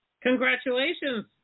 Congratulations